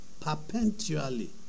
perpetually